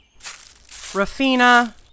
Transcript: Rafina